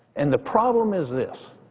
and the problem is this